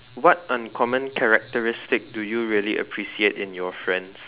what uncommon characteristic do you really appreciate in your friends